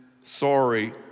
sorry